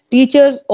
Teachers